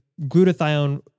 glutathione